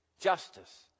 justice